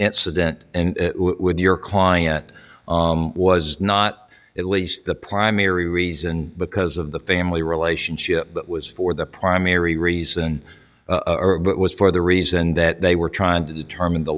incident and with your client was not at least the primary reason because of the family relationship but was for the primary reason it was for the reason that they were trying to determine the